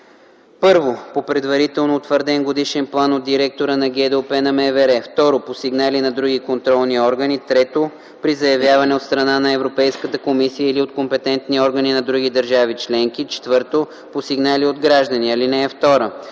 2: 1. по предварително утвърден годишен план от директора на ГДОП на МВР; 2. по сигнали на други контролни органи; 3. при заявяване от страна на Европейската комисия или от компетентни органи на други държави членки; 4. по сигнали от граждани. (2)